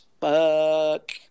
fuck